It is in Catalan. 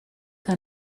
que